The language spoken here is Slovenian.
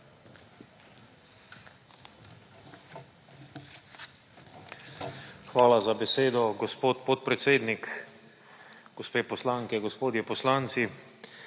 Hvala za besedo, gospod podpredsednik. Gospe poslanke, gospodje poslanci!